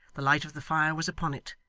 the light of the fire was upon it,